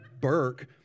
Burke